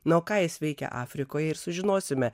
na o ką jis veikė afrikoje ir sužinosime